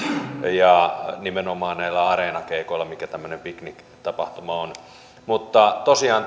ja nimenomaan näillä areenakeikoilla mikä tämmöinen pikniktapahtuma on mutta tosiaan